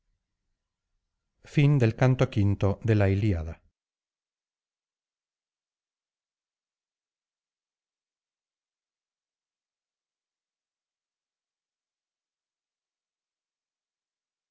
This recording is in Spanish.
cantor de la iliada